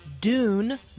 Dune